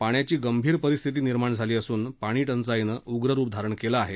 पाण्याची गंभीर परीस्थिती निर्माण झाली असून पाणी टंचाई नं उग्र रूप धारण केलं आहे